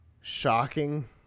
shocking